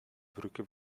brücke